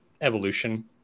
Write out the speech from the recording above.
evolution